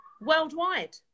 worldwide